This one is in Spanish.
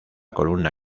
columna